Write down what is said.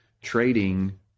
trading